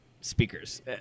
speakers